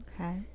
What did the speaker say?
Okay